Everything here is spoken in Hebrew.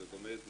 זאת אומרת,